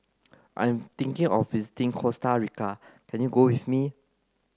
I'm thinking of visiting Costa Rica can you go with me